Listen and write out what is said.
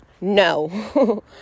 No